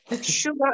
sugar